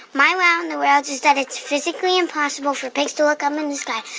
my wow in the world is that it's physically impossible for pigs to look up in the sky.